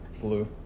Blue